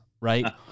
right